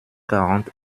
quarante